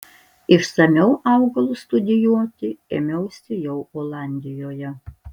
išsamiau augalus studijuoti ėmiausi jau olandijoje